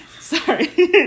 Sorry